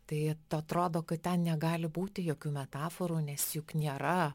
tai atrodo kad ten negali būti jokių metaforų nes juk nėra